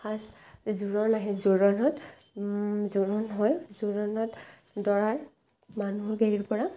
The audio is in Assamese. ফাৰ্ষ্ট জোৰণ আহে জোৰণত জোৰণ হয় জোৰণত দৰাৰ মানুহক হেৰি কৰা